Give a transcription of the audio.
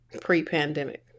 pre-pandemic